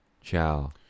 Ciao